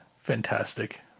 fantastic